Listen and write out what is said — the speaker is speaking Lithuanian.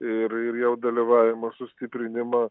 ir ir jav dalyvavimo sustiprinimą